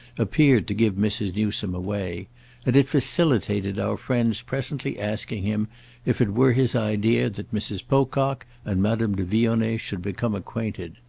appeared to give mrs. newsome away and it facilitated our friend's presently asking him if it were his idea that mrs. pocock and madame de vionnet should become acquainted.